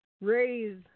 raise